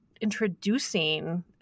introducing